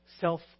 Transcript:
self